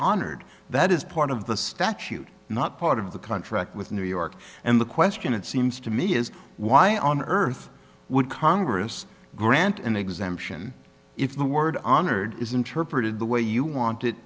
honored that is part of the statute not part of the contract with new york and the question it seems to me is why on earth would congress grant an exemption if the word honored is interpreted the way you want it